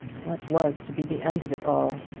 what was to be the end of it all?